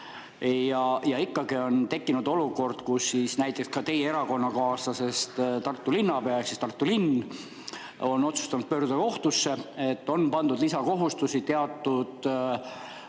on ikkagi tekkinud olukord, kus näiteks ka teie erakonnakaaslasest Tartu linnapea ehk Tartu linn on otsustanud pöörduda kohtusse, sest on pandud lisakohustusi teatud ulatuses,